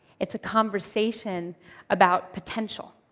it's a conversation about potential.